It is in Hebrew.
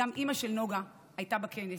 גם אימא של נגה הייתה בכנס.